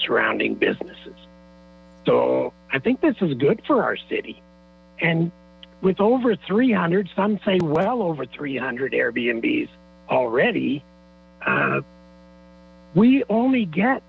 surrounding businesses i think this is good for our city and with over three hundred some say well over three hundred airbnb already we only get